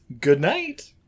Goodnight